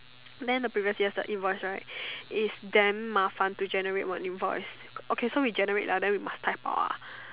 then the previous years the invoice right is damn 麻烦 to generate one invoice okay so we generate ah then we must type out ah